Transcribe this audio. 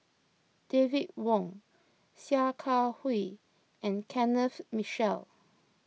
David Wong Sia Kah Hui and Kenneth Mitchell